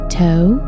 toe